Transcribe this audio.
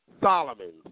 Solomon